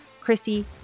Chrissy